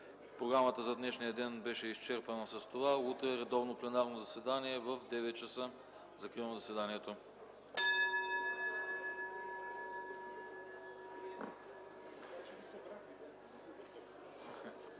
Програмата за днешния ден беше изчерпана. Утре редовно пленарно заседание в 9,00 ч. Закривам заседанието.